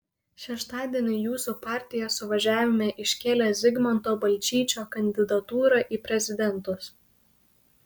šeštadienį jūsų partija suvažiavime iškėlė zigmanto balčyčio kandidatūrą į prezidentus